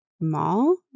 Mall